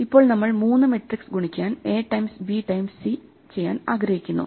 ഇപ്പോൾ നമ്മൾ മൂന്നു മെട്രിക്സ് ഗുണിക്കാൻ A times B times C ആഗ്രഹിക്കുന്നു